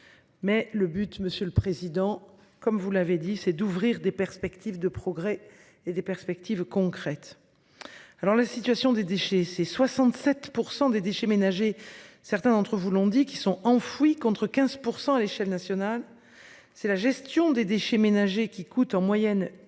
Mais le but, monsieur le président. Comme vous l'avez dit, c'est d'ouvrir des perspectives de progrès et des perspectives concrètes. Alors la situation des déchets ses 67% des déchets ménagers. Certains d'entre vous l'ont dit qu'ils sont enfouis, contre 15% à l'échelle nationale, c'est la gestion des déchets ménagers qui coûte en moyenne 1,7